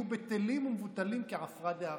יהיו בטלים ומבוטלים כעפרא דארעא.